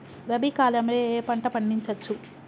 రబీ కాలంలో ఏ ఏ పంట పండించచ్చు?